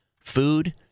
Food